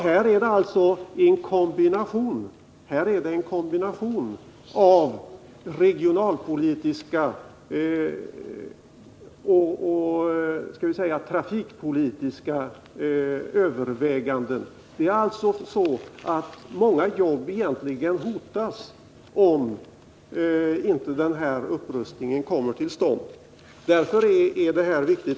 Här är det alltså en kombination av regionalpolitiska och skall vi säga trafikpolitiska överväganden. Det är många jobb som egentligen hotas om den här upprustningen inte kommer till stånd. Därför är denna fråga viktig.